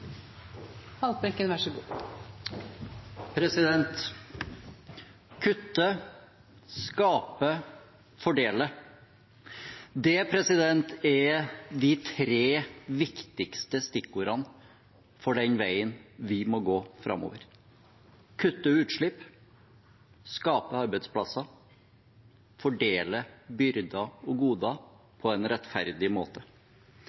de tre viktigste stikkordene for den veien vi må gå framover: kutte utslipp, skape arbeidsplasser, fordele byrder og goder på en rettferdig måte.